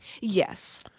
Yes